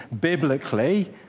biblically